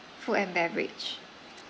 food and beverage